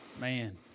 man